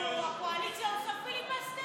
הקואליציה עושה פיליבסטר?